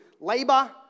labor